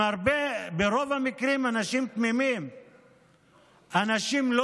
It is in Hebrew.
שברוב המקרים הם אנשים תמימים.